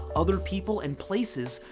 other people and places,